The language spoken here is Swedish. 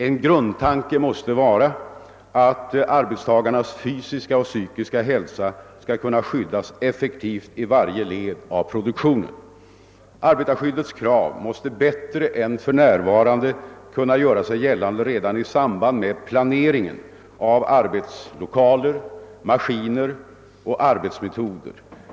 En grundtanke måste vara att arbetstagarnas fysiska och psykiska hälsa skall kunna skyddas effektivt i varje led av produktionen. Arbetarskyddets krav måste bättre än för närvarande kunna göra sig gällande redan i samband med planeringen av arbetslokaler, maskiner och arbetsmetoder.